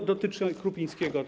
To dotyczy Krupińskiego.